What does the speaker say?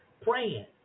praying